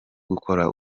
gukora